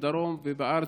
חברת הכנסת מירב בן ארי,